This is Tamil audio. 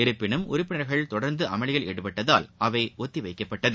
இருப்பினும் உறுப்பினர்கள் தொடர்ந்து அமளியில்ஈடுபட்டதால் அவை ஒத்திவைக்கப்பட்டது